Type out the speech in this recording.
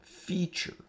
feature